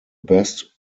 best